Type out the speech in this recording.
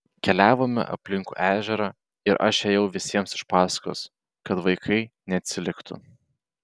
keliavome aplinkui ežerą ir aš ėjau visiems iš paskos kad vaikai neatsiliktų